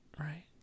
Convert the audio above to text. Right